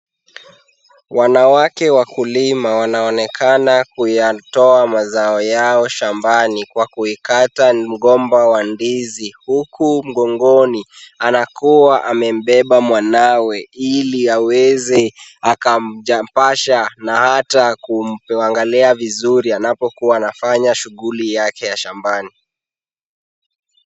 Wanawake wakulima wanaonekana kuyatoa mazao yao shambani kwa kuikata mgomba wa ndizi, huku mgongoni anakua amembeba mwanawe ili aweze akamjambasha na hata kumwangalia vizuri anapokuwa anafanya shughuli yake ya shambani.